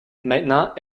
maintenant